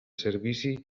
servici